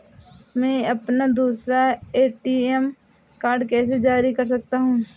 मैं अपना दूसरा ए.टी.एम कार्ड कैसे जारी कर सकता हूँ?